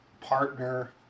partner